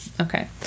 Okay